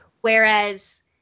Whereas